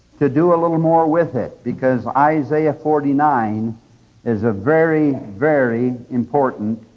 to do a little more with it, because isaiah forty nine is a very, very important